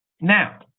Now